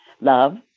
love